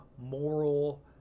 moral